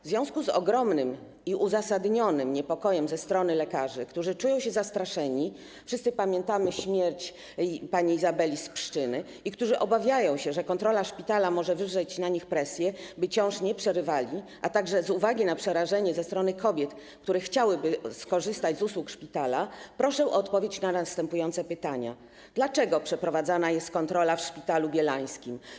W związku z ogromnym i uzasadnionym niepokojem ze strony lekarzy, którzy czują się zastraszeni - wszyscy pamiętamy śmierć pani Izabeli z Pszczyny - i którzy obawiają się, że kontrola szpitala może wywrzeć na nich presję, by ciąż nie przerywali, a także z uwagi na przerażenie ze strony kobiet, które chciałyby skorzystać z usług szpitala, proszę o odpowiedź na następujące pytania: Dlaczego jest przeprowadzana kontrola w Szpitalu Bielańskim?